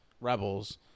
rebels